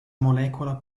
molecola